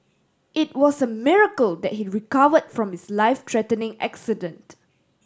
it was a miracle that he recover from his life threatening accident